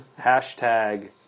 Hashtag